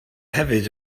hefyd